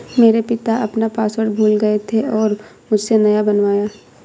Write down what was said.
मेरे पिता अपना पासवर्ड भूल गए थे और मुझसे नया बनवाया